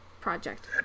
project